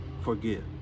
forgive